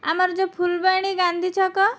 ଆମର ଯେଉଁ ଫୁଲବାଣୀ ଗାନ୍ଧୀଛକ